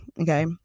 Okay